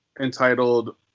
entitled